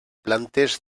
plantes